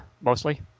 mostly